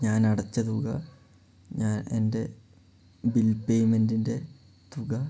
ഞാനടച്ച തുക ഞാൻ എൻ്റെ ബിൽ പേയ്മെൻറ്റിൻ്റെ തുക